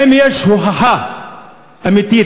האם יש הוכחה אמיתית,